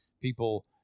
people